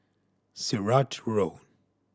Sirat Road